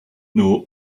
know